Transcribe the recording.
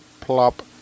plop